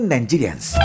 Nigerians